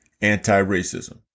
anti-racism